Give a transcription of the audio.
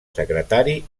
secretari